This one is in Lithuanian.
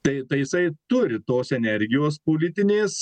tai tai jisai turi tos energijos politinės